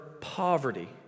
poverty